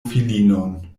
filinon